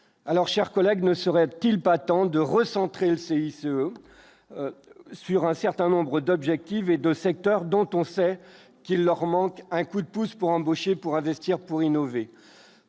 alors, chers collègues, ne serait-il pas temps de recentrer le CICE sur un certain nombre d'objectiver de secteurs dont on sait qu'il leur manque un coup de pouce pour embaucher pour investir pour innover,